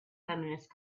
feminist